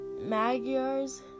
Magyars